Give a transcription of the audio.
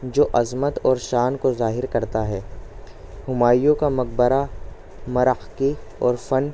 جو عظمت اور شان کو ظاہر کرتا ہے ہمایوں کا مقبرہ مرخ کی اور فن